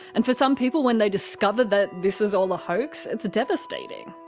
and for some people when they discover that this is all a hoax, it's devastating.